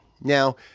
Now